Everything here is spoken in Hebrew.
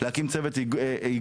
להקים צוות יישום,